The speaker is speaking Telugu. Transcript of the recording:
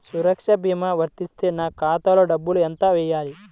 సురక్ష భీమా వర్తిస్తే నా ఖాతాలో డబ్బులు ఎంత వేయాలి?